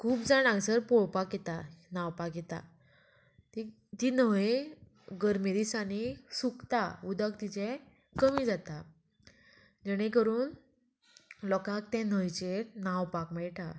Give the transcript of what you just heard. खूब जाण हांगसर पळोवपाक येता न्हांवपाक येता तीक ती न्हंय गर्मे दिसांनी सुकता उदक तिचें कमी जाता जेणे करून लोकांक ते न्हंयचेर न्हांवपाक मेळटा